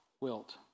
wilt